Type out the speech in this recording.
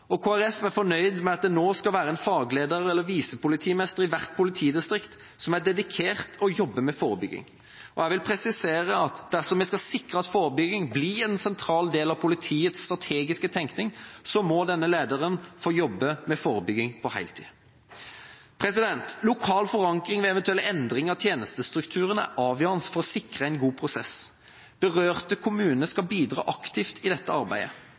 Kristelig Folkeparti er fornøyd med at det nå skal være en fagleder eller visepolitimester i hvert politidistrikt som er dedikert til å jobbe med forebygging. Jeg vil presisere at dersom vi skal sikre at forebygging blir en sentral del av politiets strategiske tenkning, må denne lederen få jobbe med forebygging på heltid. Lokal forankring ved eventuelle endringer av tjenestestrukturen er avgjørende for å sikre en god prosess. Berørte kommuner skal bidra aktivt i dette arbeidet,